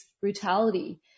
brutality